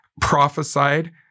prophesied